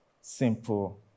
simple